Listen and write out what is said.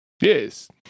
Yes